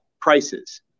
prices